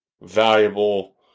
valuable